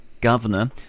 governor